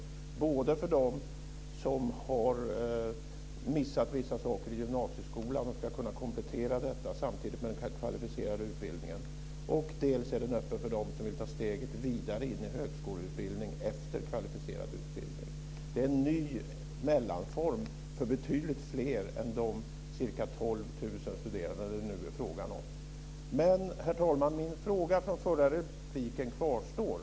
Dels är den öppen för dem som har missat vissa saker i gymnasieskolan och ska komplettera samtidigt med den kvalificerade utbildningen, dels är den öppen för dem som vill ta steget vidare till högskoleutbildning efter kvalificerad utbildning. Det är en ny mellanform för betydligt fler än de här ca 12 000 studerande eller vad det nu är fråga om. Herr talman! Min fråga från förra repliken kvarstår.